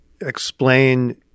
explain